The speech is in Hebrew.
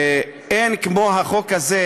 ואין כמו החוק הזה,